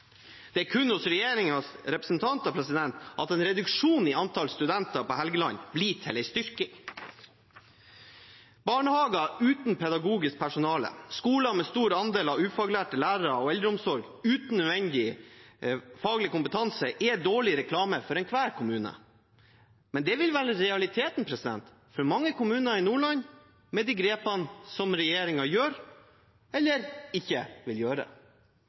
kun hos regjeringens representanter at en reduksjon i antall studenter på Helgeland blir til en styrking. Barnehager uten pedagogisk personale, skoler med en stor andel ufaglærte lærere og eldreomsorg uten nødvendig faglig kompetanse er dårlig reklame for enhver kommune. Men det vil være realiteten for mange kommuner i Nordland med de grepene som regjeringen gjør, eller ikke vil gjøre.